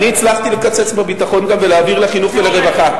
אני הצלחתי לקצץ בביטחון וגם להעביר לחינוך ולרווחה.